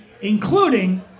including